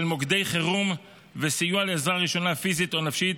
מוקדי חירום וסיוע לעזרה ראשונה פיזית או נפשית,